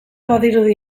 badirudi